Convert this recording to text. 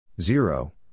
Zero